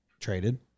traded